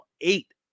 eight